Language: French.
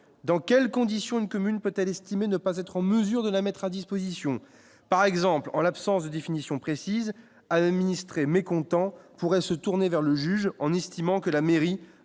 dans quelles conditions une commune peut estimer ne pas être en mesure de la mettre à disposition, par exemple, en l'absence de définition précise à la ministre mécontent pourrait se tourner vers le juge, en estimant que la mairie